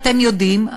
אתם יודעים,